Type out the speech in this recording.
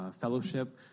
Fellowship